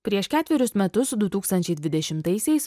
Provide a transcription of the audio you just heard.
prieš ketverius metus du tūkstančiai dvidešimtaisiais